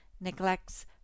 neglects